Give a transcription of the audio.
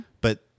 But-